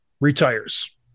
retires